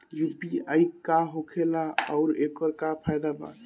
UPI का होखेला आउर एकर का फायदा बा?